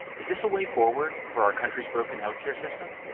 is this a way forward for our country's broken health care system?